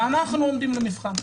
ואנחנו עומדים למבחן.